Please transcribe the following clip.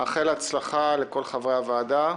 אני מאחל הצלחה לכל חברי הוועדה.